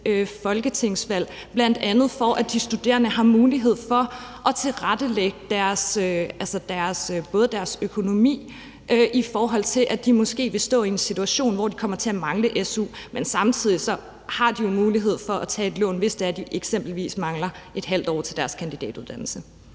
folketingsvalg, bl.a. for at de studerende har mulighed for at tilrettelægge deres økonomi, i forhold til at de måske vil stå i en situation, hvor de kommer til at mangle su. Men samtidig har de jo mulighed for at tage et lån, hvis de eksempelvis mangler et halvt års su til deres kandidatuddannelse.